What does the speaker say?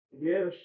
yes